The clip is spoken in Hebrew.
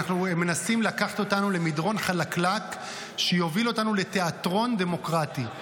מנסים לקחת אותנו למדרון חלקלק שיוביל אותנו לתיאטרון דמוקרטי.